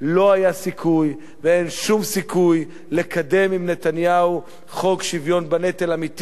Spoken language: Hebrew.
לא היה סיכוי ואין שום סיכוי לקדם עם נתניהו חוק שוויון בנטל אמיתי,